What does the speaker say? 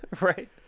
Right